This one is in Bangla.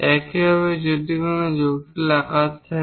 একইভাবে যদি কোনো জটিল আকার থাকে